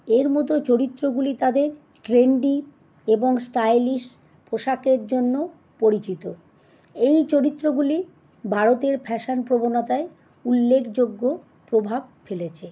এর মতো চরিত্রগুলি তাদের ট্রেন্ডি এবং স্টাইলিশ পোশাকের জন্য পরিচিত এই চরিত্রগুলি ভারতের ফ্যাশন প্রবণতায় উল্লেখযোগ্য প্রভাব ফেলেছে